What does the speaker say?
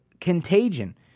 contagion